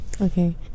Okay